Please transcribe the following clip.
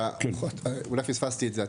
אולי פספסתי את זה,